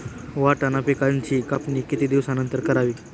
वाटाणा पिकांची कापणी किती दिवसानंतर करावी?